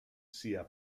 sia